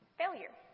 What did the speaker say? failure